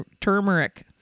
Turmeric